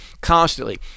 constantly